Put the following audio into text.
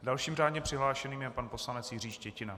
Dalším řádně přihlášeným je pan poslanec Jiří Štětina.